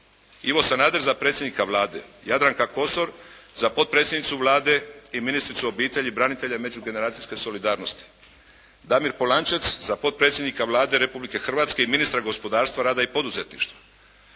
Ivo Sanader za predsjednika Vlade, Jadranka Kosor za potpredsjednicu Vlade i ministricu obitelji, branitelja i međugeneracijske solidarnosti, Damir Polančec za potpredsjednika Vlade Republike Hrvatske i ministra gospodarstva, rada i poduzetništva,